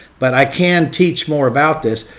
but i can teach more about this,